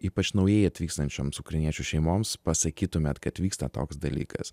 ypač naujai atvykstančioms ukrainiečių šeimoms pasakytumėt kad vyksta toks dalykas